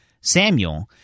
Samuel